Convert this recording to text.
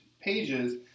pages